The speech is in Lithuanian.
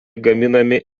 gaminami